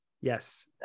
yes